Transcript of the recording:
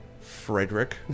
Frederick